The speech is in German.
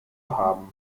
haben